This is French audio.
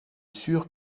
sûr